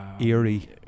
eerie